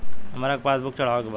हमरा के पास बुक चढ़ावे के बा?